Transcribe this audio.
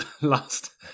last